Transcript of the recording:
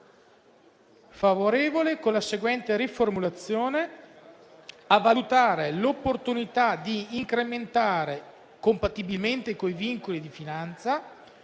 G1.203, con la seguente riformulazione: «a valutare l'opportunità di incrementare, compatibilmente con i vincoli di finanza,